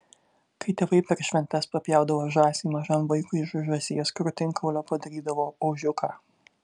kai tėvai per šventes papjaudavo žąsį mažam vaikui iš žąsies krūtinkaulio padarydavo ožiuką